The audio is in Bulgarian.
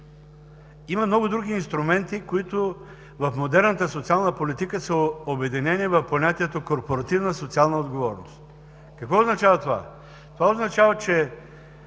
Има много други инструменти, които в модерната социална политика са обединени в понятието „корпоративна социална отговорност”. Какво означава това? Това означава, че